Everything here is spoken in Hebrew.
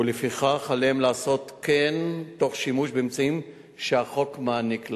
ולפיכך עליהם לעשות כן תוך שימוש באמצעים שהחוק מעניק להם.